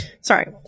sorry